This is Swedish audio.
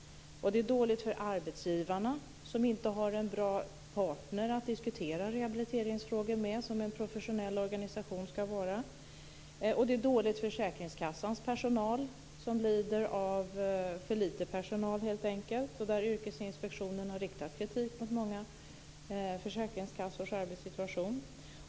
Det är dåligt för arbetsgivarna, som inte har en bra partner, som en professionell organisation ska vara, att diskutera rehabiliteringsfrågor med, och det är dåligt för försäkringskassans personal som lider av att det är för lite personal, helt enkelt; Yrkesinspektionen har riktat kritik mot många försäkringskassors arbetssituation.